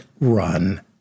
run